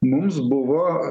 mums buvo